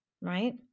Right